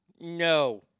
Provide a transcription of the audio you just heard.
No